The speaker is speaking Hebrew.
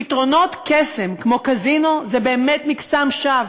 פתרונות קסם כמו קזינו זה באמת מקסם שווא.